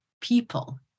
people